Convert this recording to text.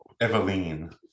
Eveline